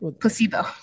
placebo